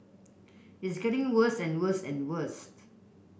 it's getting worse and worse and worst